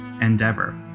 endeavor